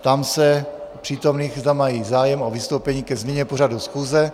Ptám se přítomných, zda mají zájem o vystoupení ke změně pořadu schůze.